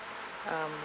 um